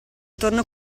torno